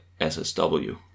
SSW